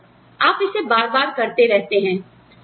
और फिर आप इसे बार बार करते रहते हैं